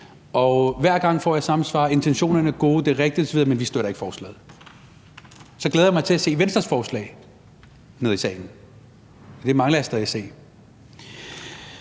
Og hver gang får jeg samme svar: Intentionerne er gode, det er rigtigt osv., men vi støtter ikke forslaget. Så glæder jeg mig til at se Venstres forslag her i salen. Det mangler jeg stadig at se.